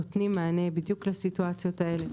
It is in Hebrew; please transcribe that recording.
נותנים מענה בדיוק לסיטואציות האלה.